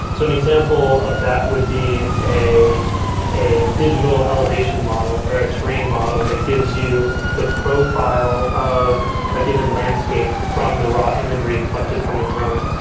so an example of that would be a a digital elevation model or a train model that gives you the profile of a given landscape from the raw imagery collected from a drone.